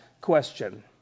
question